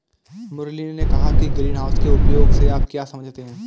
मुरली ने कहा कि ग्रीनहाउस के उपयोग से आप क्या समझते हैं?